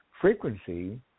frequency